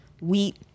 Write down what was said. wheat